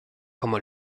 como